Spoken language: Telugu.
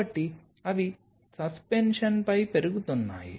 కాబట్టి అవి సస్పెన్షన్పై పెరుగుతున్నాయి